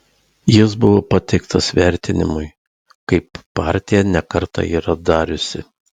jis buvo pateiktas vertinimui kaip partija ne kartą yra dariusi